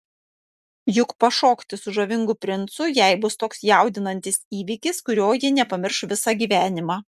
juk pašokti su žavingu princu jai bus toks jaudinantis įvykis kurio ji nepamirš visą gyvenimą